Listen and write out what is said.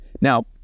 Now